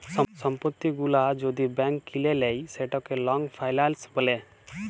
সম্পত্তি গুলা যদি ব্যাংক কিলে লেই সেটকে লং ফাইলাল্স ব্যলে